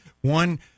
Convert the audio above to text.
One